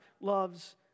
loves